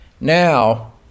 Now